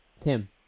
tim